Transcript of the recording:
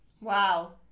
wow